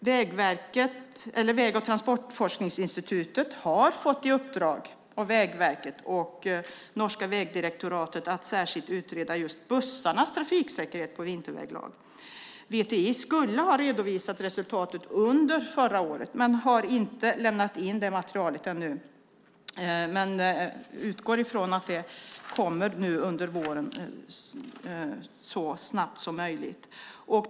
Väg och transportforskningsinstitutet har fått i uppdrag av Vägverket och norska Vegdirektoratet att särskilt utreda just bussarnas trafiksäkerhet på vinterväglag. VTI skulle ha redovisat resultatet under förra året men har ännu inte lämnat in det materialet. Jag utgår från att det kommer under våren, alltså så snart som möjligt.